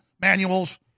manuals